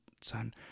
son